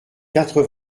quatre